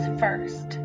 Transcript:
first